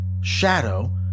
Shadow